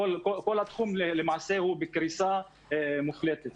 כל התחום למעשה בקריסה מוחלטת.